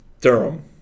Durham